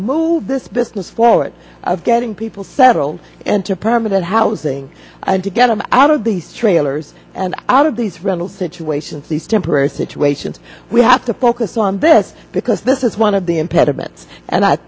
move this business forward of getting people level and to permanent housing and to get them out of the trailers and out of these rental situations the temporary situation we have to focus on this because this is one of the impediments and i